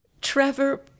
Trevor